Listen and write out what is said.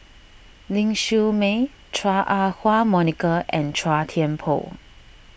Ling Siew May Chua Ah Huwa Monica and Chua Thian Poh